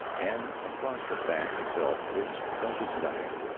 and across the back a belt which belted nothing.